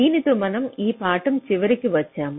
దీనితో మనం ఈ పాఠం చివరికి వచ్చాము